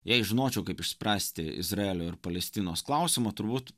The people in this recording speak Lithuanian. jei žinočiau kaip išspręsti izraelio ir palestinos klausimą turbūt